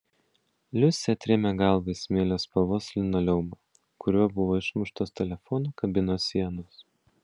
liusė atrėmė galvą į smėlio spalvos linoleumą kuriuo buvo išmuštos telefono kabinos sienos